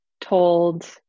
told